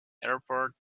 airport